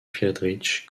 friedrich